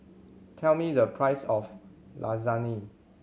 tell me the price of Lasagne